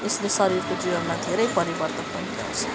यसले शरीरको जीवनमा धेरै परिवर्तन पनि ल्याउँछ